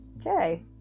Okay